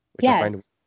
Yes